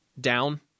down